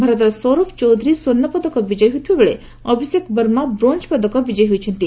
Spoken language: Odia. ଭାରତର ସୌରଭ ଚୌଧୁରୀ ସ୍ୱର୍ଷପଦକ ବିଜୟୀ ହୋଇଥିବାବେଳେ ଅଭିଷେକ ବର୍ମା ବ୍ରୋଞ୍ଜପଦକ ବିଜୟୀ ହୋଇଛନ୍ତି